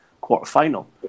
quarter-final